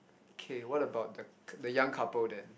okay what about the young couple then